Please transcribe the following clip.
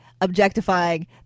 objectifying